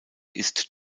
ist